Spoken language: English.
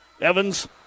Evans